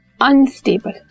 unstable